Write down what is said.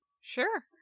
Sure